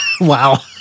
Wow